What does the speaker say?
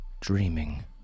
dreaming